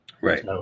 Right